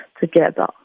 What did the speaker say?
together